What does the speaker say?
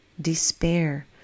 despair